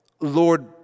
Lord